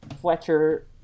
Fletcher